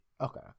Okay